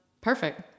perfect